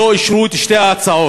לא אישרו את שתי ההצעות.